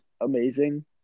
amazing